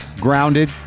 grounded